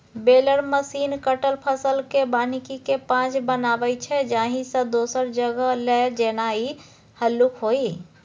baler machine कटल फसलकेँ बान्हिकेँ पॉज बनाबै छै जाहिसँ दोसर जगह लए जेनाइ हल्लुक होइ